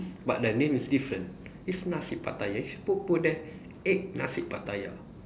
but the name is different it's Nasi Pattaya it's put put there egg Nasi Pattaya